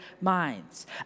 minds